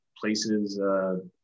places